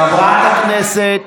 חברת הכנסת,